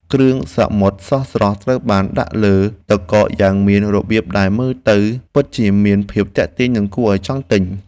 គ្រឿងសមុទ្រស្រស់ៗត្រូវបានដាក់លើទឹកកកយ៉ាងមានរបៀបដែលមើលទៅពិតជាមានភាពទាក់ទាញនិងគួរឱ្យចង់ទិញ។